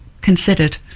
considered